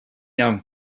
iawn